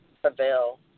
prevail